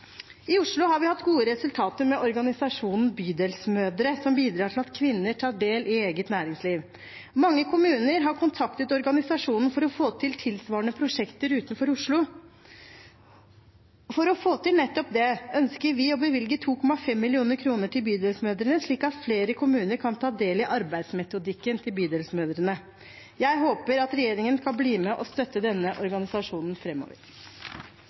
I Oslo har vi hatt gode resultater med organisasjonen Bydelsmødre, som bidrar til at kvinner tar del i eget næringsliv. Mange kommuner har kontaktet organisasjonen for å få til tilsvarende prosjekter utenfor Oslo. For å få til nettopp det ønsker vi å bevilge 2,5 mill. kr til Bydelsmødrene, slik at flere kommuner kan ta del i arbeidsmetodikken deres. Jeg håper at regjeringen kan bli med og støtte denne organisasjonen